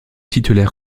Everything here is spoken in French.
titulaire